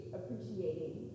appreciating